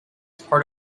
part